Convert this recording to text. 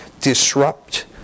disrupt